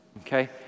Okay